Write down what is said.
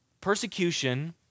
Persecution